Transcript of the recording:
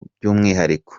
by’umwihariko